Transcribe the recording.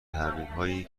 تغییرهایی